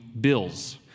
bills